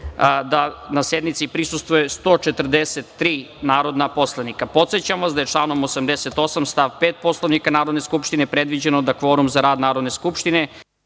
da sednici prisustvuju 143 narodna poslanika. Podsećam vas da je članom 88. stav 5. Poslovnika Narodne skupštine predviđeno da kvorum za rad Narodne skupštine